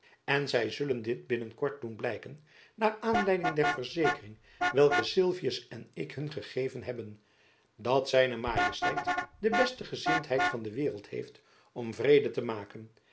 en zy zullen dit binnen kort doen blijken naar aanleiding der verzekering welke sylvius en ik hun gegeven hebben dat z majesteit de beste gezindheid van de waereld heeft om vrede te maken